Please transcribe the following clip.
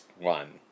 one